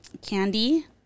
Candy